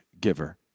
giver